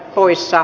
muissa